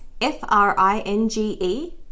F-R-I-N-G-E